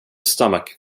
stomach